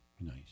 Nice